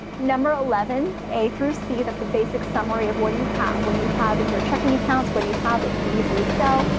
number eleven a through c that's a basic summary of what do you have? what you have in your checking accounts? what do you have that you can easily sell?